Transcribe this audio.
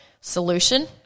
solution